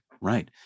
Right